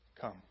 Come